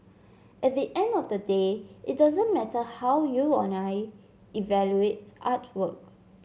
at the end of the day it doesn't matter how you or I evaluate artwork